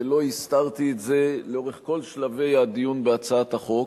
ולא הסתרתי את זה לאורך כל שלבי הדיון בהצעת החוק,